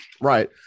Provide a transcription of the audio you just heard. Right